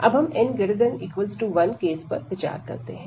अब हम n ≥1केस पर विचार करते हैं